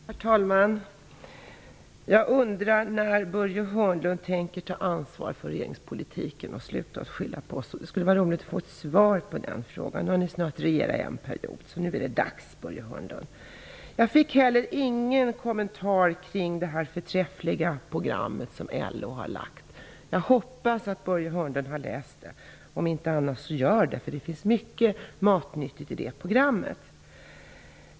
Herr talman! Jag undrar när Börje Hörnlund tänker ta ansvar för regeringspolitiken och sluta att skylla på Socialdemokraterna. Det skulle vara roligt att få ett svar på den frågan. Nu har ni snart regerat i en mandatperiod, så nu är det dags. Jag fick heller ingen kommentar kring det förträffliga program som LO har lagt fram. Jag hoppas att Börje Hörnlund har läst det. Gör det annars! Det finns mycket matnyttigt i det programmet.